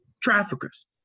traffickers